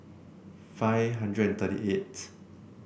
five hundred and thirty eight